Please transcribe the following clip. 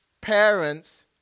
parents